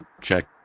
Check